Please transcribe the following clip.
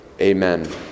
Amen